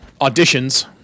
auditions